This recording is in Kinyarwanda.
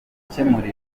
gukemura